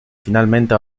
finalmente